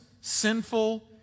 sinful